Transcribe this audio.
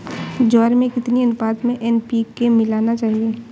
ज्वार में कितनी अनुपात में एन.पी.के मिलाना चाहिए?